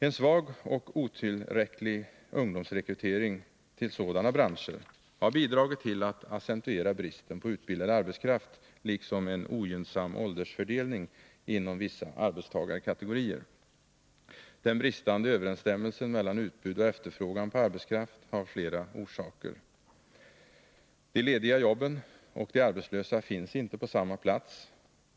En svag och otillräcklig ungdomsrekrytering till sådana branscher har bidragit till att accentuera bristen på utbildad arbetskraft liksom en ogynnsam åldersfördelning inom vissa arbetstagarkategorier. Den bristande överensstämmelsen mellan utbud och efterfrågan på arbetskraft har flera orsaker. De lediga jobben och de arbetslösa finns inte på samma plats.